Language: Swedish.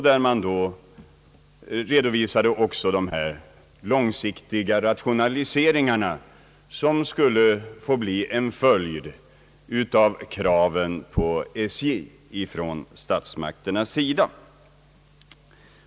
Där redovisades också de långsiktiga rationaliseringar som skulle följa av kraven på SJ från statsmakternas sida.